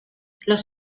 los